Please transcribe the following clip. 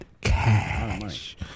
cash